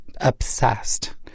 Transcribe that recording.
obsessed